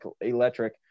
electric